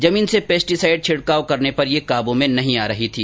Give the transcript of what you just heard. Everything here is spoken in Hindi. जमीन से पेस्टीसाइड छिडकाव करने पर ये काबू में नहीं आ रही थी